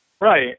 Right